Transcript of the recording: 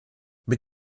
mit